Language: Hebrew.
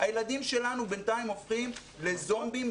הילדים שלנו בינתיים הופכים לזוֹמבים,